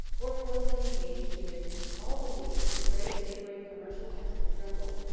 or closely engaged in business all the week in the great neighbouring commercial town of drumble,